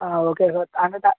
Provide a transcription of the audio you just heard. okay sir అంటే దా